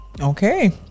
Okay